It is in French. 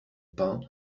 pain